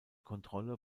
kontrolle